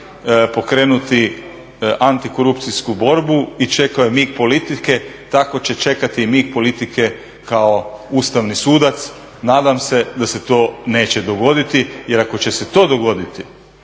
pokrenuti antikorupcijsku borbu i čekao je mig politike, tako će čekati mig politike kao ustavni sudac. Nadam se da se to neće dogoditi jer ako će se to dogoditi